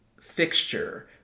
fixture